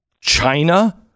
China